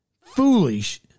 foolish